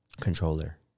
Controller